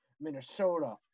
Minnesota